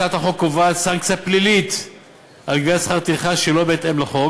הצעת החוק קובעת סנקציה פלילית על גביית שכר טרחה שלא בהתאם לחוק.